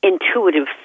intuitive